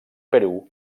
perú